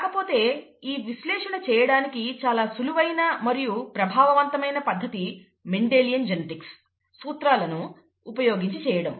కాకపోతే ఈ విశ్లేషణ చేయడానికి చాలా సులువైన మరియు ప్రభావవంతమైన పద్ధతి మెండిలియన్ జెనెటిక్స్ సూత్రాలను ఉపయోగించి చేయడం